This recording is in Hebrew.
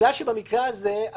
בגלל שבמקרה הזה,